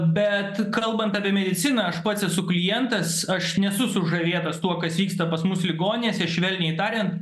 bet kalbant apie mediciną aš pats esu klientas aš nesu sužavėtas tuo kas vyksta pas mus ligoninėse švelniai tariant